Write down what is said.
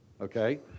okay